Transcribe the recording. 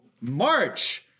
March